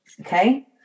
okay